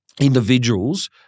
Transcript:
individuals